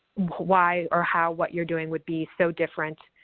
why or how what you're doing would be so different,